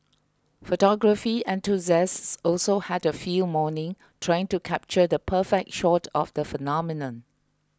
photography enthusiasts also had a field morning trying to capture the perfect shot of the phenomenon